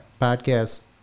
podcast